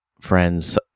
friends